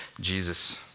Jesus